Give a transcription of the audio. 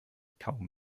kaum